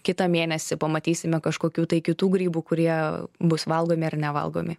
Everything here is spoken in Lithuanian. kitą mėnesį pamatysime kažkokių tai kitų grybų kurie bus valgomi ar nevalgomi